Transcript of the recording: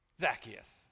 Zacchaeus